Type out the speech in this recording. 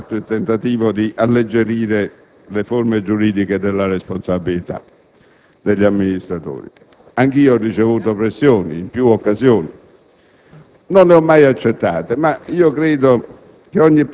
Più volte nel corso degli anni è stato fatto il tentativo di alleggerire le forme giuridiche della responsabilità degli amministratori. Anche io ho ricevuto in più occasioni